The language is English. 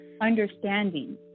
understanding